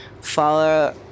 Follow